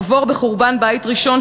עבור בחורבן בית ראשון,